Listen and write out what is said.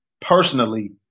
personally